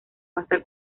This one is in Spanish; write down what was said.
vasta